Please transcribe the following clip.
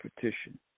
petition